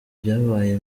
byabaye